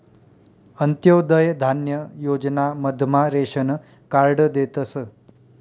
अंत्योदय धान्य योजना मधमा रेशन कार्ड देतस